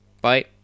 Bye